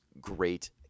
great